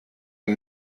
und